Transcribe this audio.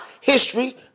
history